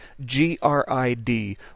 G-R-I-D